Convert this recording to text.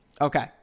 okay